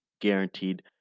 guaranteed